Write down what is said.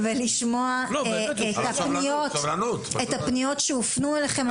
ולשמוע את הפניות שהופנו אליכם.